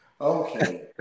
Okay